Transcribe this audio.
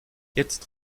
jetzt